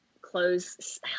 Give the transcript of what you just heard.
close